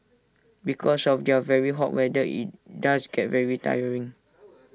because of the very hot weather IT does get very tiring